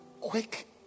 quick